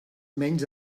menys